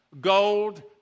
gold